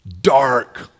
Dark